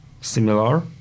similar